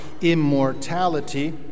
immortality